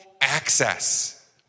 access